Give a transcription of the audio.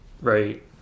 Right